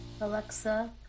Alexa